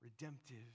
redemptive